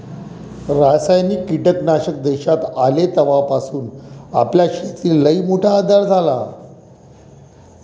रासायनिक कीटकनाशक देशात आले तवापासून आपल्या शेतीले लईमोठा आधार झाला